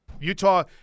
Utah